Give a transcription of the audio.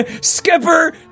Skipper